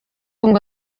ngo